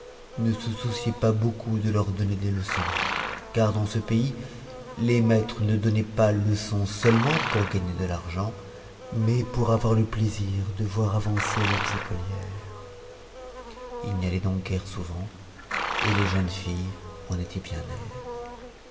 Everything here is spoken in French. ne se souciaient pas beaucoup de leur donner des leçons car dans ce pays les maîtres ne donnaient pas leçon seulement pour gagner de l'argent mais pour avoir le plaisir de voir avancer leurs écolières ils n'y allaient donc guère souvent et les jeunes filles en étaient bien aises